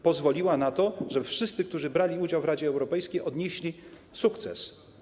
Pozwoliła na to, żeby wszyscy, którzy brali udział w Radzie Europejskiej, odnieśli sukces.